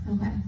Okay